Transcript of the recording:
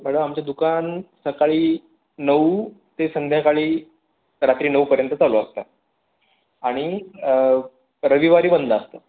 madam आमचं दुकान सकाळी नऊ ते संध्याकाळी रात्री नऊपर्यंत चालू असतात आणि रविवारी बंद असतं